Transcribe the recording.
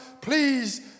Please